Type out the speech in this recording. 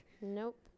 Nope